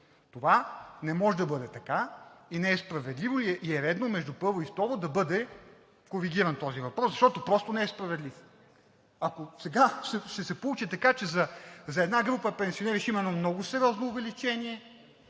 Това не може да бъде така, не е справедливо и е редно между първо и второ да бъде коригиран този въпрос, защото просто не е справедливо. Ще се получи така, че за една група пенсионери ще има едно много сериозно увеличение,